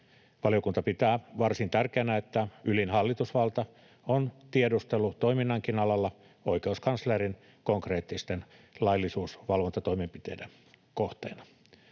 Valiokunta pitää varsin tärkeänä, että ylin hallitusvalta on tiedustelutoiminnankin alalla oikeuskanslerin konkreettisten laillisuusvalvontatoimenpiteiden kohteena.